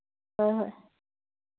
ꯍꯣꯏ ꯍꯣꯏ